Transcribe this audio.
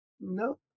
No